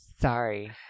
Sorry